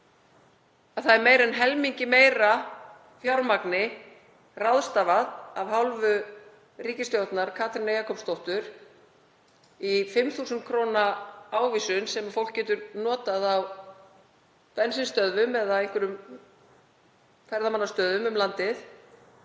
að meira en helmingi meira fjármagni er ráðstafað af hálfu ríkisstjórnar Katrínar Jakobsdóttur í 5.000 kr. ávísun sem fólk getur notað á bensínstöðvum eða einhverjum ferðamannastöðum um landið